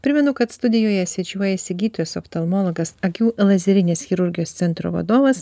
primenu kad studijoje svečiuojasi gytis oftalmologas akių lazerinės chirurgijos centro vadovas